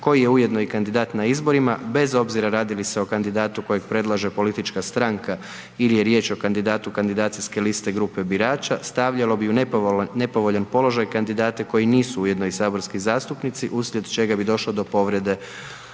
koji je ujedno i kandidat na izborima, bez obzira radi li se o kandidatu kojeg predlaže politička stranka ili je riječ o kandidatu kandidacijske liste grupe birača, stavljalo bi ju u nepovoljan položaj kandidate koji nisu ujedno i saborski zastupnici, uslijed čega bi došlo do povrede